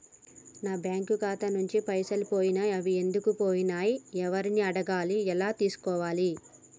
నా బ్యాంకు ఖాతా నుంచి పైసలు పోయినయ్ అవి ఎందుకు పోయినయ్ ఎవరిని అడగాలి ఎలా తెలుసుకోవాలి?